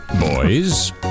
Boys